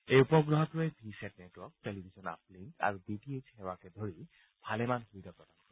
এই উপগ্ৰহটোৱে VSAT network television uplink আৰু ডি টি এইছ সেৱাক ধৰি ভালেমান সুবিধা প্ৰদান কৰিব